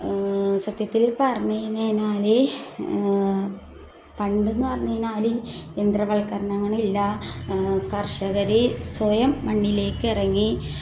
സത്യത്തിൽ പറഞ്ഞു കയിഞ്ഞു കയിഞ്ഞാൽ പണ്ടെന്ന് പറഞ്ഞു കഴിഞ്ഞാൽ യന്ത്രവൽക്കരണങ്ങളില്ല കർഷകർ സ്വയം മണ്ണിലേക്ക് ഇറങ്ങി